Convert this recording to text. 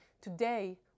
Today